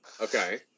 Okay